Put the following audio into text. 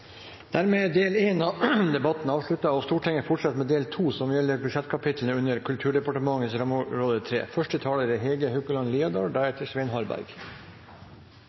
Dermed er del 1 av debatten avsluttet. Stortinget fortsetter med del 2, som gjelder budsjettkapitlene under rammeområde 3, Kulturdepartementet. De har vist det igjen: Kulturpolitikk er